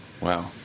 Wow